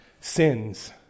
sins